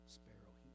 sparrow